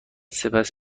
سپس